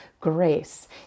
grace